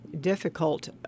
difficult